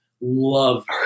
love